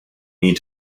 need